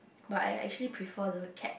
but I actually prefer the cat